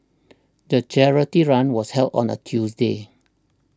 the charity run was held on a Tuesday